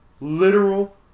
Literal